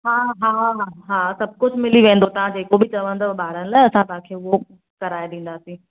हा हा हा सभु कुछ मिली वेंदव तां जेको बि चवंदव ॿारनि लाइ असां तव्हांखे हुओ कराएइ ॾींदासीं